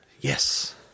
Yes